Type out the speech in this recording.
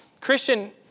Christian